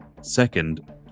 second